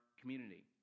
community